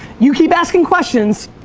you keep asking questions,